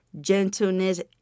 gentleness